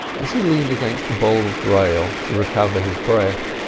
as he leaned against the bulwark rail to recover his breath,